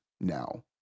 now